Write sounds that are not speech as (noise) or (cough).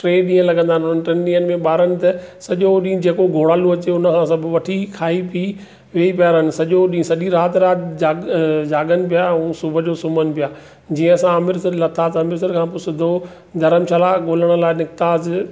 टे ॾींहंनि लॻंदा आहिनि हुन टिनि ॾींहंनि में ॿारनि त सॼो ॾींहुं जेको (unintelligible) अची हुनखां सभु वठी खाई पी वेई पिया रहनि सॼो ॾींहुं सॼी राति राति जागनि पिया हू सुबुह जो सुम्हनि पिया जीअं असां अमृतसर लथा त अमृतसर खां पोइ सिधो धरमशाला ॻोल्हण लाइ निकितासीं